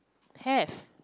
have